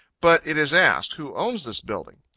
but it is asked, who owns this building?